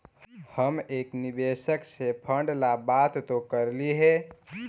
हम एक निवेशक से फंड ला बात तो करली हे